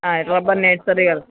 ആ റബ്ബർ നേഴ്സറികൾ